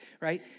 right